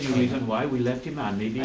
and why we left him on meeting